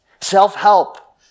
self-help